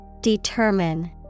Determine